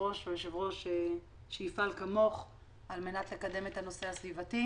יושב-ראש או יושבת-ראש שיפעלו כמוך על מנת לקדם את הנושא הסביבתי.